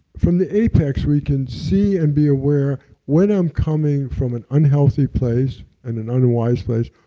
from the apex we can see and be aware when i'm coming from an unhealthy place, and an unwise place,